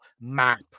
map